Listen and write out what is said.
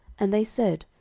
and they said,